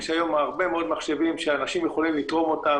יש היום הרבה מאוד מחשבים שאנשים יכולים לתרום אותם,